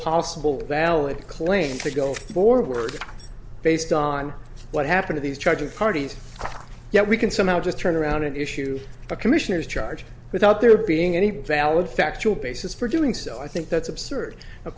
possible valid claim to go forward based on what happened these charges parties yet we can somehow just turn around and issue a commissioner's charge without there being any valid factual basis for doing so i think that's absurd